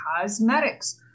cosmetics